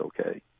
okay